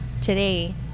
today